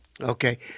Okay